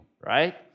right